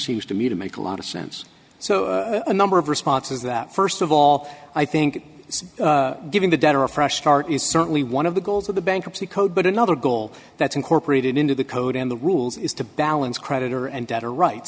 seems to me to make a lot of sense so a number of responses that first of all i think giving the debtor a fresh start is certainly one of the goals of the bankruptcy code but another goal that's incorporated into the code in the rules is to balance creditor and debtor right